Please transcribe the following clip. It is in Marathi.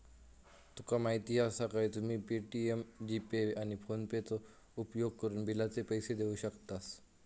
तुका माहीती आसा काय, तुम्ही पे.टी.एम, जी.पे, आणि फोनेपेचो उपयोगकरून बिलाचे पैसे देऊ शकतास